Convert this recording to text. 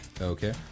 Okay